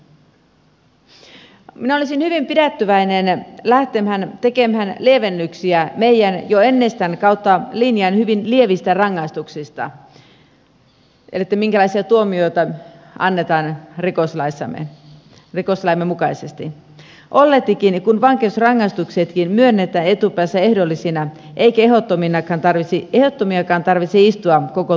minä olisin hyvin pidättyväinen lähtemään tekemään lievennyksiä meidän jo ennestään kautta linjan hyvin lievistä rangaistuksistamme eli minkälaisia tuomioita annetaan rikoslakimme mukaisesti olletikin kun vankeusrangaistuksetkin myönnetään etupäässä ehdollisina eikä ehdottomiakaan tarvitse istua koko tuomittua aikaa